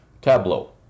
tableau